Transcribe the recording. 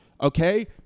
Okay